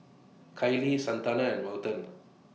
Kaylie Santana and Welton